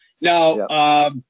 now